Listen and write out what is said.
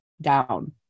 down